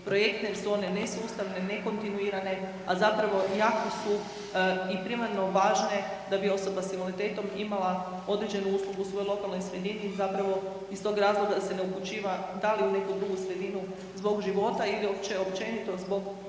projektne jer su one nesustavne, nekontinuirane a zapravo jako su i primarno važne da bi osoba sa invaliditetom imala određenu uslugu u svojoj lokalnoj sredini i zapravo iz toga razloga se ne upućiva da li u neku drugu sredinu zbog života ili općenito zbog rada